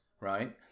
right